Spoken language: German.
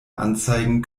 anzeigen